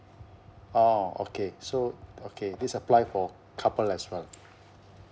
oh okay so okay this apply for couple as well